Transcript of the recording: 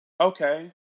okay